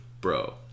bro